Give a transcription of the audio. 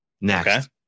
Next